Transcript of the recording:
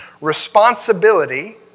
Responsibility